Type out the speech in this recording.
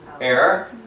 Air